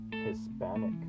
Hispanic